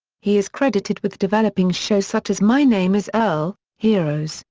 he is credited with developing shows such as my name is earl, heroes,